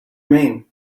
mean